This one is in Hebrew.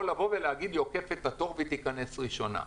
להגיד לי שהיא עוקפת את התור ונכנסת ראשונה,